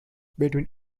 between